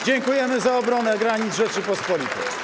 Dziękujemy za obronę granic Rzeczypospolitej.